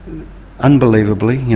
unbelievably,